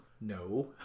No